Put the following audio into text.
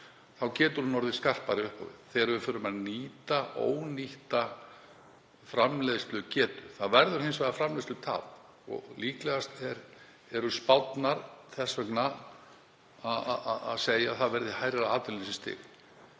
þá getur hún orðið skarpari upp á við þegar við förum að nýta ónýtta framleiðslugetu. Það verður hins vegar framleiðslutap og líklegast eru spárnar þess vegna að segja að það verði hærra atvinnuleysisstig.